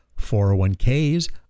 401Ks